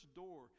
door